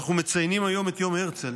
אנחנו מציינים היום את יום הרצל